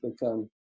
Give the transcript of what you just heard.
become